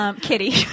Kitty